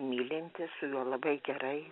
mylintis su juo labai gerai